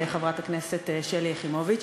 לחברת הכנסת שלי יחימוביץ.